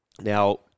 Now